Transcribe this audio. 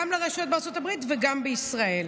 גם לרשות בארצות הברית וגם בישראל.